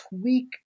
tweak